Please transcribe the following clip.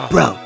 Bro